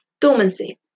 Dormancy